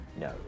No